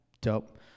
Dope